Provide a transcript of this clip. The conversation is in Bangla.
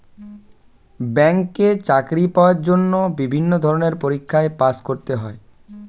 ব্যাংকে চাকরি পাওয়ার জন্য বিভিন্ন ধরনের পরীক্ষায় পাস করতে হয়